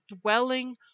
dwelling